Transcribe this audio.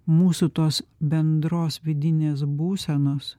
mūsų tos bendros vidinės būsenos